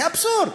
זה אבסורד.